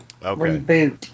Reboot